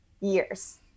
years